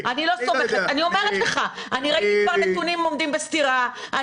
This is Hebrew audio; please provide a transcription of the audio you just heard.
אני ראיתי כבר נתונים שעומדים בסתירה,